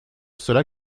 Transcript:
cela